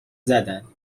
زدن